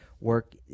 work